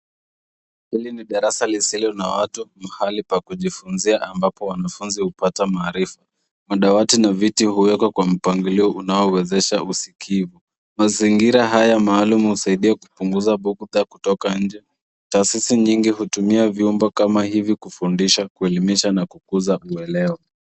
Hili ni darasa lisilo na watu mahali pa kujifunzia ambapo wanafunzi hupata maarifa. Madawati na viti huwekwa kwa mpangilio unaouwezesha usikivu. Mazingira haya maalum husaidia kupunguza bughudha kutoka nje. Taasisi nyingi hutumia vyumba kama hizi kufundisha, kuelimisha na kukuza uelewa.